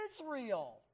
Israel